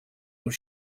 was